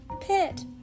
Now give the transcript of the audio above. pit